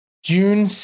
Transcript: June